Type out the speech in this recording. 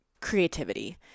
creativity